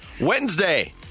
Wednesday